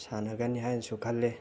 ꯁꯥꯟꯅꯒꯅꯤ ꯍꯥꯏꯅꯁꯨ ꯈꯜꯂꯤ